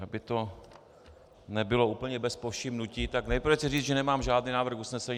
Aby to nebylo úplně bez povšimnutí, tak nejprve chci říct, že nemám žádný návrh usnesení.